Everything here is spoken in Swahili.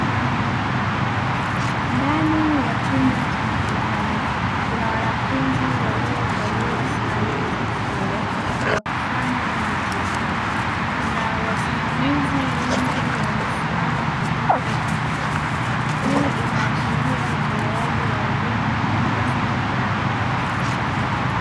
Ndani ya chumba cha mtihani, kuna wanafunzi waliovalia sare za shule wakifanya mitihani, na wasimamizi wengi wamesimama katika chumba hicho; hii inaashiria utolewaji wa elimu ya sekondari.